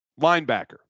linebacker